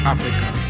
Africa